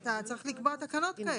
אתה צריך לקבוע תקנות כאלה,